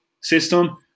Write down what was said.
system